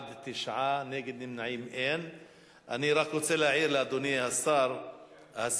ההצעה להעביר את הנושא לוועדה לזכויות הילד נתקבלה.